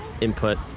input